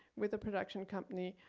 with a production company,